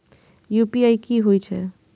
UPI की होई छै?